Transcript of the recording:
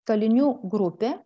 kalinių grupė